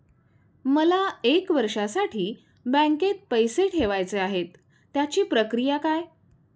मला एक वर्षासाठी बँकेत पैसे ठेवायचे आहेत त्याची प्रक्रिया काय?